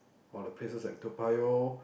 or the places at Toa-Payoh